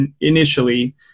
initially